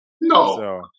No